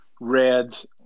reds